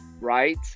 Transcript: right